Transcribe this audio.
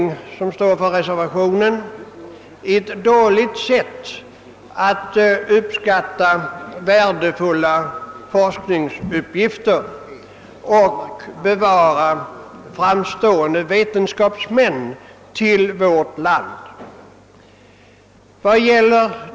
Vi som står för reservationen anser att det är ett dåligt sätt att uppskatta värdefulla forskningsuppgifter och att bevara framstående vetenskapsmän åt vårt land.